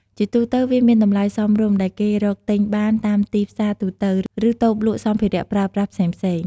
ជាទូទៅវាមានតម្លៃសមរម្យ ដែលគេរកទិញបានតាមទីផ្សារទូទៅ ឬតូបលក់សម្ភារៈប្រើប្រាស់ផ្សេងៗ។